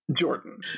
Jordan